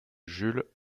jules